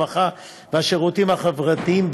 הרווחה והשירותים החברתיים,